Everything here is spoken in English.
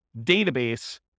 database